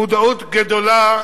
מודעות גדולה